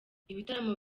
ibitaramo